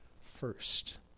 first